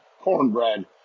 cornbread